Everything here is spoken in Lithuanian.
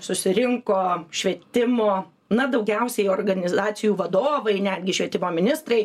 susirinko švietimo na daugiausiai organizacijų vadovai netgi švietimo ministrai